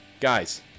guys